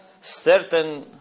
certain